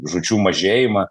žūčių mažėjimą